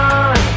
on